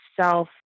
self